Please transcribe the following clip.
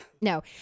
No